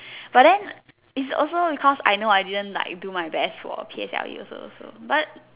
but then it's also because I know I didn't like do my best for P_S_L_E also so but